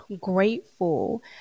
grateful